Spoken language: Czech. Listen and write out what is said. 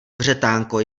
vřetánko